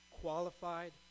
qualified